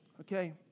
Okay